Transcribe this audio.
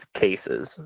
cases